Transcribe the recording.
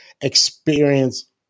experience